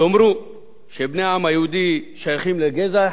תאמרו שבני העם היהודי שייכים לגזע אחד,